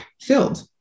filled